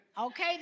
Okay